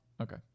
Okay